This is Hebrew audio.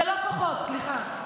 זה לא כוחות, סליחה.